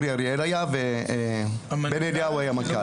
אורי אריאל היה ובן אליהו היה מנכ"ל.